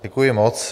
Děkuji moc.